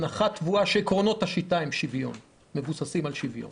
הנחה טבועה שעקרונות השיטה מבוססים על שוויון